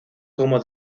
como